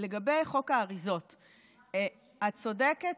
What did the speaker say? לגבי חוק האריזות, את צודקת